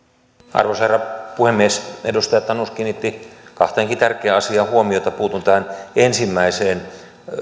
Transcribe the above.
arvoisa herra puhemies edustaja tanus kiinnitti kahteenkin tärkeään asiaan huomiota puutun tähän ensimmäiseen